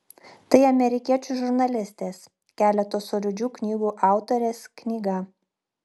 tai amerikiečių žurnalistės keleto solidžių knygų autorės knyga